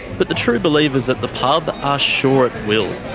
but the true believers at the pub are sure it will.